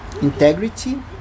integrity